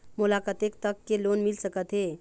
मोला कतेक तक के लोन मिल सकत हे?